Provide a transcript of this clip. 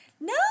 No